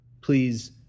please